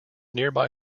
nearby